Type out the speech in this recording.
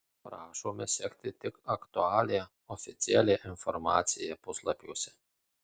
prašome sekti tik aktualią oficialią informaciją puslapiuose